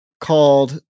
called